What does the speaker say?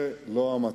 זה לא המצב.